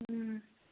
ꯎꯝ